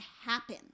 happen